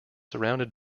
surrounded